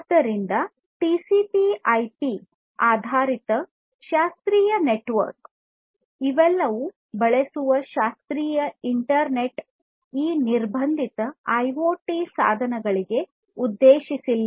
ಆದ್ದರಿಂದ TCP IP TCPIP ಆಧಾರಿತ classical internet ಈ ನಿರ್ಬಂಧಿತ ಐಒಟಿ ಸಾಧನಗಳಿಗೆ ಉದ್ದೇಶಿಸಿಲ್ಲ